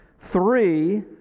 three